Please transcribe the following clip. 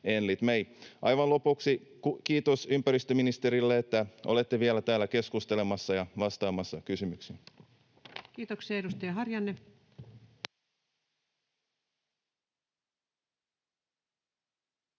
Aivan lopuksi kiitos ympäristöministerille, että olette vielä täällä keskustelemassa ja vastaamassa kysymyksiin. [Speech 224] Speaker: